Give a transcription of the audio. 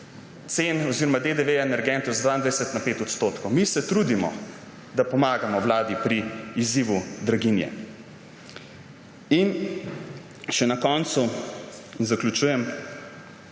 cen oziroma DDV na energente z 22 na 5 %. Mi se trudimo, da pomagamo Vladi pri izzivu draginje. Še na koncu, zaključujem.